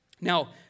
Now